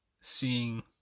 seeing